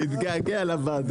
הישיבה ננעלה בשעה